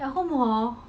ya I think I will